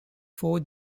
four